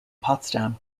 potsdam